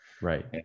right